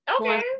Okay